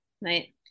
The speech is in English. right